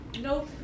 Nope